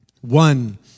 One